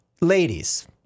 ladies